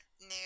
new